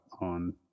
on